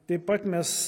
taip pat mes